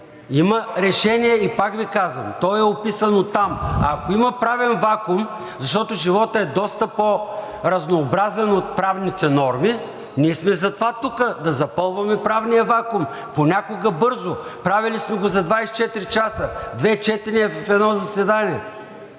Има решение и пак Ви казвам: то е описано там. Ако има правен вакуум, защото животът е доста по-разнообразен от правните норми, ние затова сме тук – да запълваме правния вакуум. Понякога бързо – правили сме го за 24 часа, две четения в едно заседание,